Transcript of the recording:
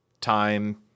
time